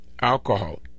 alcohol